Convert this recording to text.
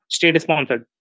State-sponsored